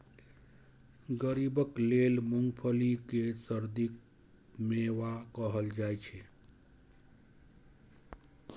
गरीबक लेल मूंगफली कें सर्दीक मेवा कहल जाइ छै